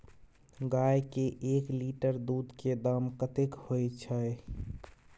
गाय के एक लीटर दूध के दाम कतेक होय छै?